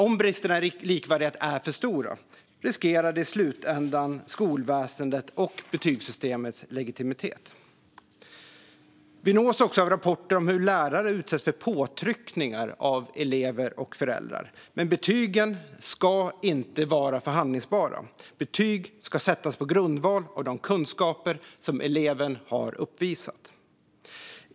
Om bristerna i likvärdighet är för stora riskerar det i slutändan skolväsendets och betygssystemets legitimitet. Vi nås också av rapporter om hur lärare utsätts av påtryckningar av elever och föräldrar. Men betygen ska inte vara förhandlingsbara - betyg ska sättas på grundval av de kunskaper som eleven har uppvisat.